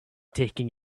taken